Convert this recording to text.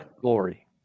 Glory